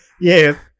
yes